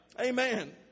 Amen